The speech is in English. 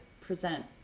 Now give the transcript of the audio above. present